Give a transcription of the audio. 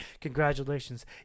congratulations